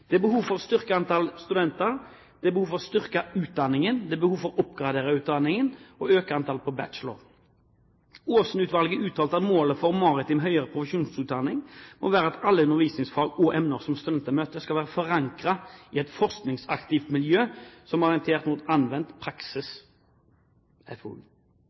for å være på i dag. Det er behov for å øke antall studenter, styrke og oppgradere utdanningen og øke antallet bachelorstudenter. Aasen-utvalget uttalte at målet for høyere maritim profesjonsutdanning bør være at alle undervisningsfag og emner som studentene møter, skal være forankret i et forskningsaktivt miljø som er orientert mot anvendt,